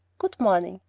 good-morning.